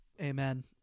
Amen